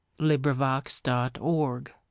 Librivox.org